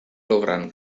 logran